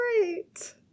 great